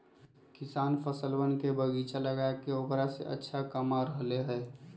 किसान फलवन के बगीचा लगाके औकरा से अच्छा कमा रहले है